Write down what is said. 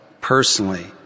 personally